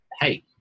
hey